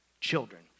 children